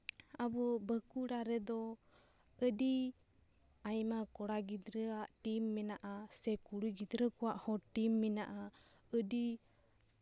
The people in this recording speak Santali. ᱟᱵᱚ ᱵᱟᱸᱠᱩᱲᱟ ᱨᱮᱫᱚ ᱟᱹᱰᱤ ᱟᱭᱢᱟ ᱠᱚᱲᱟ ᱜᱤᱫᱽᱨᱟᱹᱣᱟᱜ ᱴᱤᱢ ᱢᱮᱱᱟᱜᱼᱟ ᱥᱮ ᱠᱩᱲᱤ ᱜᱤᱫᱽᱨᱟᱹ ᱠᱚᱣᱟᱜ ᱦᱚᱸ ᱴᱤᱢ ᱢᱮᱱᱟᱜᱼᱟ ᱟᱹᱰᱤ